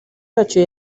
yacyo